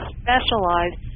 specialized